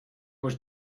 was